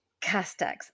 Castex